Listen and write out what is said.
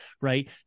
right